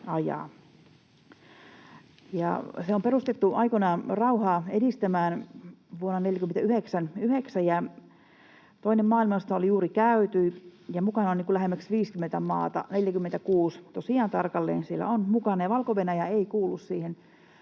Se on perustettu rauhaa edistämään aikoinaan vuonna 49. Toinen maailmansota oli juuri käyty. Mukana on lähemmäs 50 maata, 46 tosiaan tarkalleen siellä on mukana. Valko-Venäjä ei kuulu siihen,